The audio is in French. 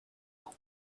ans